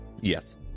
Yes